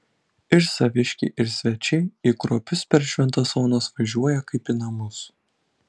ir saviškiai ir svečiai į kruopius per šventas onas važiuoja kaip į namus